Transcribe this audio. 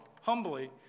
humbly